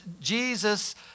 Jesus